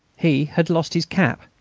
he had lost his cap,